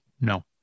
No